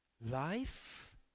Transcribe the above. life